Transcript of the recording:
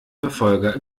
verfolger